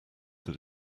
that